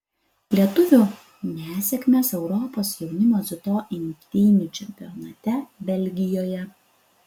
lietuvių nesėkmės europos jaunimo dziudo imtynių čempionate belgijoje